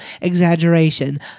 exaggeration